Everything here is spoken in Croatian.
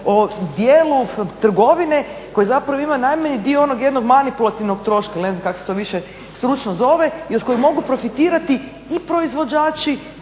o dijelu trgovine koji zapravo ima najmanji dio onog jednog manipulativnog troška ili ne znam kako se to više stručno zove i od kojeg mogu profitirati i proizvođači,